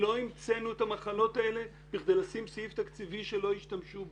לא המצאנו את המחלות האלה כדי לשים סעיף תקציבי שלא ישתמשו בו.